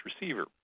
receiver